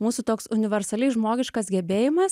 mūsų toks universaliai žmogiškas gebėjimas